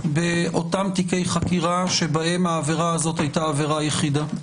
בתיקי חקירה שבהם העבירה הזאת הייתה עבירה יחידה.